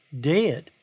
dead